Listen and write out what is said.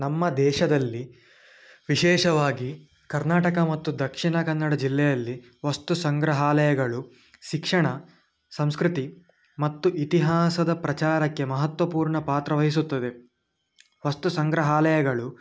ನಮ್ಮ ದೇಶದಲ್ಲಿ ವಿಶೇಷವಾಗಿ ಕರ್ನಾಟಕ ಮತ್ತು ದಕ್ಷಿಣ ಕನ್ನಡ ಜಿಲ್ಲೆಯಲ್ಲಿ ವಸ್ತು ಸಂಗ್ರಹಾಲಯಗಳು ಶಿಕ್ಷಣ ಸಂಸ್ಕೃತಿ ಮತ್ತು ಇತಿಹಾಸದ ಪ್ರಚಾರಕ್ಕೆ ಮಹತ್ವಪೂರ್ಣ ಪಾತ್ರವಹಿಸುತ್ತದೆ ವಸ್ತು ಸಂಗ್ರಹಾಲಯಗಳು